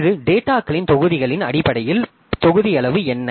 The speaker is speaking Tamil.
இது டேட்டாகளின் தொகுதிகளின் அடிப்படையில் தொகுதி அளவு என்ன